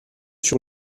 sur